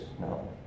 No